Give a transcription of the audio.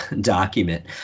document